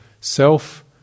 self